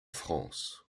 france